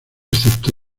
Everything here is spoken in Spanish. excepto